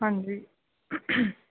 ਹਾਂਜੀ